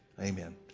Amen